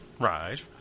Right